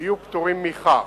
יהיו פטורים מכך.